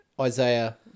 Isaiah